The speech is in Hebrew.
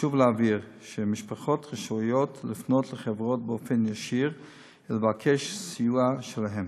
חשוב להבהיר שמשפחות רשאיות לפנות לחברות באופן ישיר ולבקש סיוע שלהן.